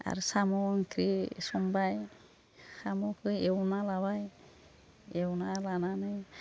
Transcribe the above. आरो साम' ओंख्रि संबाय साम'खौ एवना लाबाय एवना लानानै